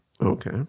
Okay